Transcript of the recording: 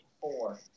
four